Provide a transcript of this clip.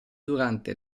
durante